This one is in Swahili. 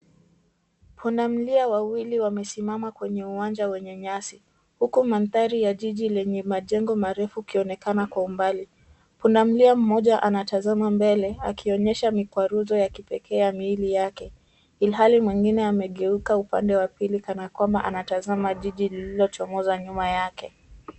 Pundamilia wawili wamesimama kwenye uwanja wenye nyasi huku mandhari ya jiji lenye majengo marefu ikionekana kwa umbali. Pundamilia mmoja anatazama mbele akionyesha mikwaruzo ya kipekee ya miili yake ilhali mwingine amegeuka upande wa pili kana kwamba anatazama jiji lililochomoza nyuma yake.